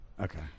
Okay